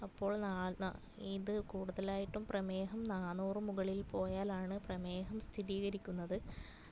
അപ്പോൾ നാൾ നാ ഇത് കൂടുതലായിട്ടും പ്രമേഹം നാന്നൂറ് മുകളിൽ പോയാലാണ് പ്രമേഹം സ്ഥിരികരിക്കുന്നത്